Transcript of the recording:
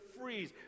freeze